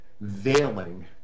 veiling